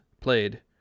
played